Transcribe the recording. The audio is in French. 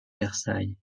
versailles